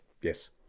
yes